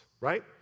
right